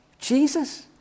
Jesus